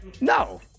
No